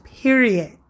period